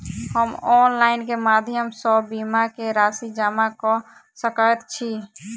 हम ऑनलाइन केँ माध्यम सँ बीमा केँ राशि जमा कऽ सकैत छी?